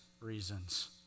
reasons